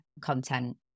content